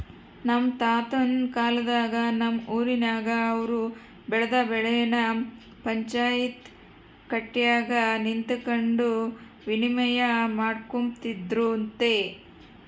ನಮ್ ತಾತುನ್ ಕಾಲದಾಗ ನಮ್ ಊರಿನಾಗ ಅವ್ರು ಬೆಳ್ದ್ ಬೆಳೆನ ಪಂಚಾಯ್ತಿ ಕಟ್ಯಾಗ ನಿಂತಕಂಡು ವಿನಿಮಯ ಮಾಡಿಕೊಂಬ್ತಿದ್ರಂತೆ